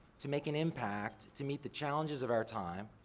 to make an impact, to meet the challenges of our time.